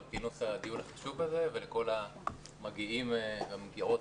על כינוס הדיון החשוב הזה ולכל המגיעים והמגיעות.